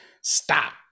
stop